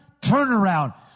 turnaround